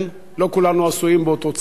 לא כולנו עשויים באותו צבע.